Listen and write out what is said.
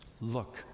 look